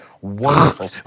wonderful